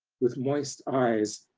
with moist eyes,